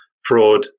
fraud